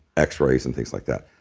x-rays and things like that.